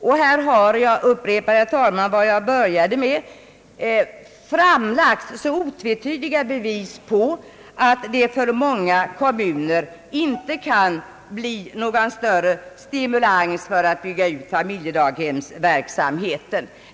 Här har det — jag upprepar, herr talman, vad jag började med — framlagts otvetydiga bevis på att det för många kommuner inte kan bli någon större stimulans att bygga ut familjedaghemsverksamheten.